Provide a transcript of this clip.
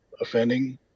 offending